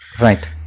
right